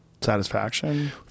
satisfaction